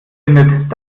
findet